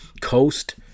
coast